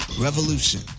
revolution